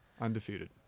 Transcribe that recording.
undefeated